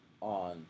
on